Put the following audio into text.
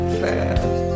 fast